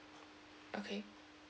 okay